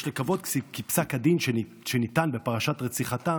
יש לקוות כי פסק הדין שניתן בפרשת רציחתה